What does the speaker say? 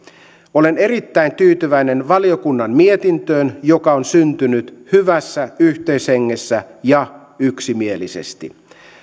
olen erittäin tyytyväinen valiokunnan mietintöön joka on syntynyt hyvässä yhteishengessä ja yksimielisesti